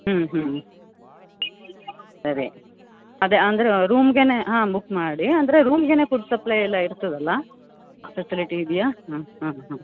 ಹ್ಞೂ ಹ್ಞೂ ಸರಿ ಅದೇ ಅಂದರೆ ರೂಮಿಗೆನೆ ಹಾಂ ಬುಕ್ ಮಾಡಿ ಅಂದರೆ ರೂಮಿಗೆನೆ ಫುಡ್ ಸಪ್ಲೈ ಎಲ್ಲ ಇರ್ತದೆ ಅಲ್ಲ ಫೆಸಿಲಿಟಿ ಇದೆಯಾ ಹಾಂ ಹಾಂ ಹಾಂ